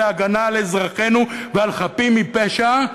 של הגנה על אזרחינו ועל חפים מפשע,